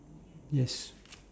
yes